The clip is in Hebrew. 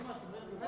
לא שמעתי.